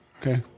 Okay